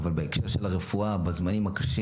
אבל בהקשר של הרפואה בזמנים הקשים